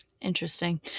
Interesting